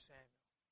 Samuel